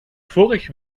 vorig